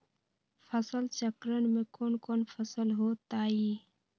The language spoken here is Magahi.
फसल चक्रण में कौन कौन फसल हो ताई?